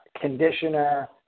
conditioner